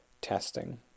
testing